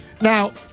now